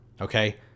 okay